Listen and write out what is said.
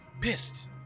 pissed